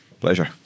pleasure